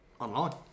online